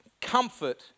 comfort